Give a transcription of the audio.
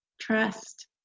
trust